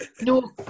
No